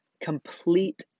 complete